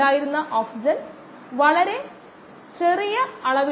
വൈവിധ്യത്തിനായി മാത്രം നമുക്ക് രേഖിയമല്ലാത്ത സ്വഭാവം കാണാം